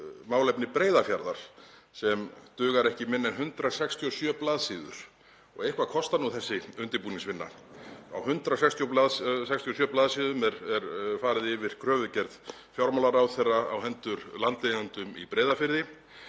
málefni Breiðafjarðar, sem dugar ekki minna en 167 blaðsíður, og eitthvað kostar þessi undirbúningsvinna — á 167 blaðsíðum er farið yfir kröfugerð fjármálaráðherra á hendur landeigendum í Breiðafirði.